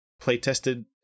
play-tested